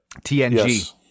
TNG